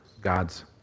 God's